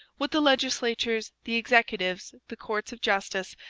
what the legislatures, the executives, the courts of justice,